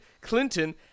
Clinton